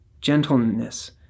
gentleness